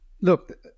look